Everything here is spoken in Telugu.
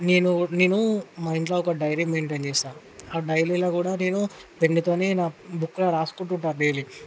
నేను నేను మా ఇంట్లో ఒక డైరీ మెయింటైన్ చేస్తా ఆ డైరీలో కూడా నేను పెన్నుతోని నా బుక్కులో రాసుకుంటుంటే డైలీ